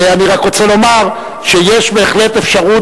אני רק רוצה לומר שיש בהחלט אפשרות,